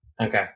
Okay